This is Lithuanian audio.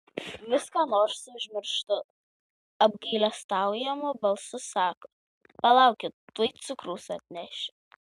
vis ką nors užmirštu apgailestaujamu balsu sako palaukit tuoj cukraus atnešiu